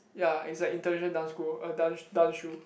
ya is like international dance school dance dance shoe